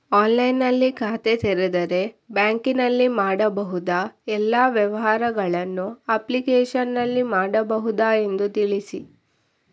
ಆನ್ಲೈನ್ನಲ್ಲಿ ಖಾತೆ ತೆರೆದರೆ ಬ್ಯಾಂಕಿನಲ್ಲಿ ಮಾಡಬಹುದಾ ಎಲ್ಲ ವ್ಯವಹಾರಗಳನ್ನು ಅಪ್ಲಿಕೇಶನ್ನಲ್ಲಿ ಮಾಡಬಹುದಾ ಎಂದು ತಿಳಿಸಿ?